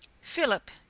Philip